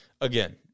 Again